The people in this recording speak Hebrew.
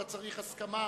אתה צריך הסכמה.